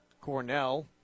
Cornell